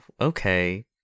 okay